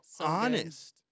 honest